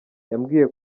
yambwiye